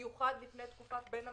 במיוחד לפני תקופת בין המצרים,